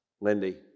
Lindy